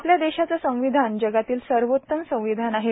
आपल्या देशाचं संवधान जगातील सर्वात्तम संवधान आहे